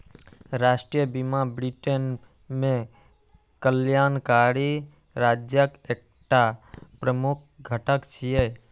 राष्ट्रीय बीमा ब्रिटेन मे कल्याणकारी राज्यक एकटा प्रमुख घटक छियै